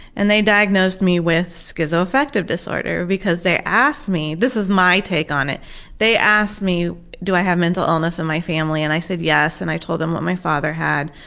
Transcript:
and they diagnosed me with schizoaffective disorder because they asked me this is my take on it they asked me do i have mental illness in my family and i said yes, and i told them what my father had,